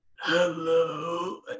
hello